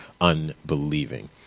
unbelieving